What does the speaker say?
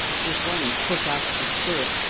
with one foot out of the stirrup,